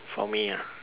for me ah